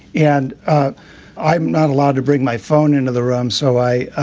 and i'm not allowed to bring my phone into the room. so i ah